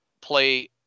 play